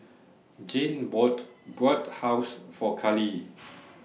Jayne bought Bratwurst For Kayleigh